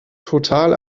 total